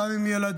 גם אם הם ילדים,